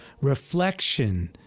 reflection